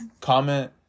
comment